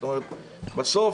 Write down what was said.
בסוף,